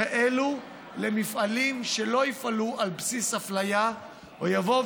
כאלה למפעלים שלא יפעלו על בסיס אפליה או יבואו